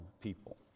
people